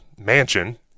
mansion